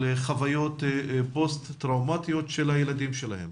חוויות פוסט טראומתיות של הילדים שלהם,